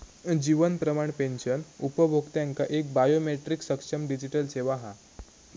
जीवन Pramaan pension उपभोक्त्यांका एक biometric सक्षम डिजीटल सेवा हा